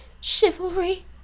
Chivalry